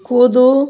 कूदू